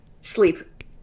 sleep